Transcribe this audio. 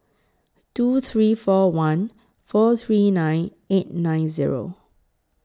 two three four one four three nine eight nine Zero